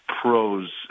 pros